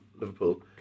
Liverpool